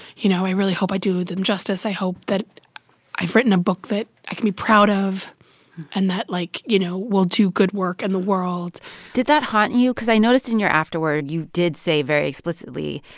you know, i really hope i do them justice. i hope that i've written a book that i can be proud of and that, like, you know, will do good work in the world did that haunt you? because i noticed in your afterword you did say very explicitly,